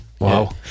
wow